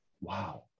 Wow